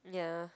ya